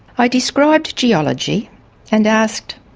i described geology and asked,